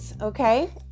okay